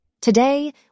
Today